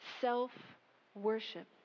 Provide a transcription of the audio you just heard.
self-worship